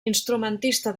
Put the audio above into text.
instrumentista